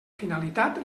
finalitat